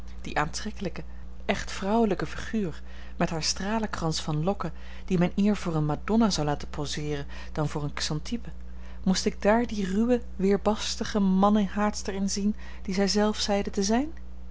die aantrekkelijke echt vrouwelijke figuur met haar stralenkrans van lokken die men eer voor eene madonna zou laten poseeren dan voor eene xantippe moest ik daar die ruwe weerbarstige mannenhaatster in zien die zij zelve zeide te zijn